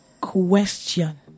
question